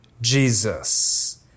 Jesus